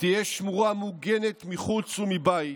תהיה שמורה, מוגנת מחוץ ומבית,